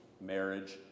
marriage